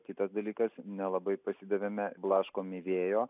kitas dalykas nelabai pasidavėme blaškomi vėjo